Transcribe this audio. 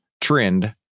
trend